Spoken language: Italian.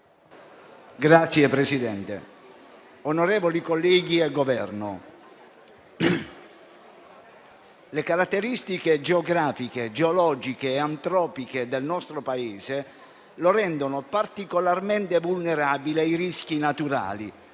Signor Presidente, onorevoli colleghi, Governo, le caratteristiche geografiche, geologiche e antropiche del nostro Paese lo rendono particolarmente vulnerabile ai rischi naturali,